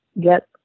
get